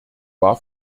war